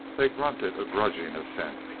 they grunted a grudging assent.